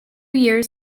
years